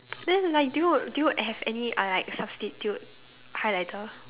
then like do you do you have any uh like substitute highlighter